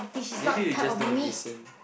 maybe you just don't listen